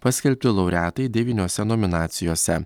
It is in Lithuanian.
paskelbti laureatai devyniose nominacijose